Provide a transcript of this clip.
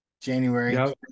January